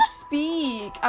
speak